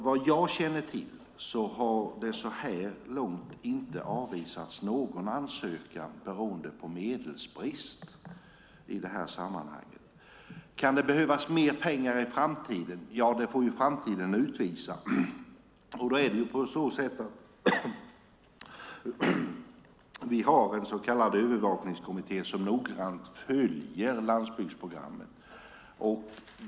Vad jag känner till har det så här långt i detta sammanhang inte avvisats någon ansökan beroende på medelsbrist. Kan det behövas mer pengar i framtiden? Det får framtiden utvisa. Vi har en så kallad övervakningskommitté som noggrant följer landsbygdsprogrammet.